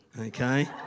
Okay